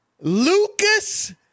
Lucas